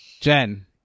Jen